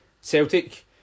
Celtic